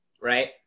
right